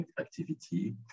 activity